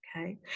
okay